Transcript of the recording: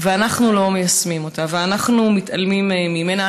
ואנחנו לא מיישמים אותה, ואנחנו מתעלמים ממנה?